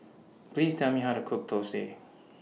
Please Tell Me How to Cook Thosai